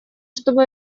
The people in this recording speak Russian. чтобы